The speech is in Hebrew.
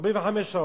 45 שעות.